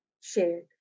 shared